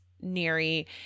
Neri